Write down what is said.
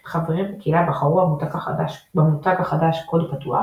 במערכת, חברים בקהילה בחרו במותג החדש "קוד פתוח"